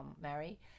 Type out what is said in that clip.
Mary